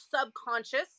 subconscious